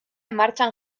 martxan